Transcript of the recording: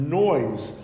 noise